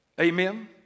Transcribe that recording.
Amen